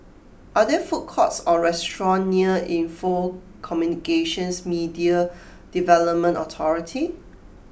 are there food courts or restaurants near Info Communications Media Development Authority